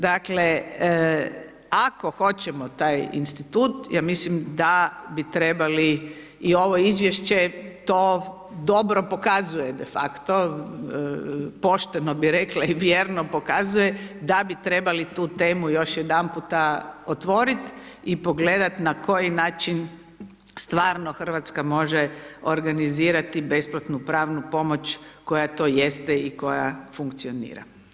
Dakle ako hoćemo taj institut ja mislim da bi trebali i ovo izvješće to dobro pokazuje de facto, pošteno bih rekla i vjerno pokazuje da bi trebali tu temu još jedanputa otvoriti pogledati na koji način stvarno Hrvatska može organizirati besplatnu pravnu pomoć koja to jeste i koja funkcionira.